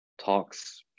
talks